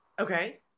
Okay